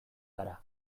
gara